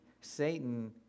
Satan